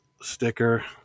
sticker